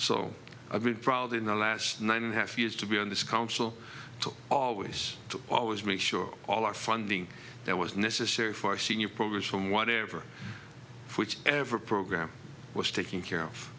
so i've been proud in the last nine and a half years to be on this council to always to always make sure all our funding that was necessary for senior programs from whatever which ever program was taking care of